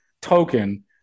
token